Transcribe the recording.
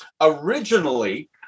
originally